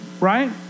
right